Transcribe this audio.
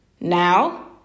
Now